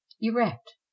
erect